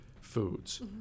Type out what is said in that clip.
foods